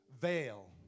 veil